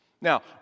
Now